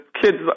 kids